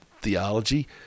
theology